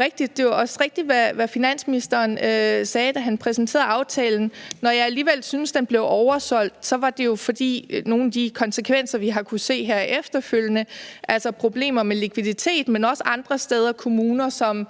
rigtigt. Det er jo også rigtigt, hvad finansministeren sagde, da han præsenterede aftalen. Når jeg alligevel synes, den blev oversolgt, var det jo på grund af nogle af de konsekvenser, vi har kunnet se her efterfølgende, altså problemer med likviditeten, men også andre steder, f.eks. kommuner, som